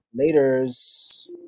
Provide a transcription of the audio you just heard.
Laters